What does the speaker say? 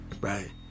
Right